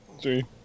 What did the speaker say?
Three